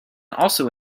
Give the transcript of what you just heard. also